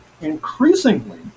increasingly